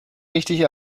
richtig